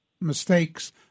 mistakes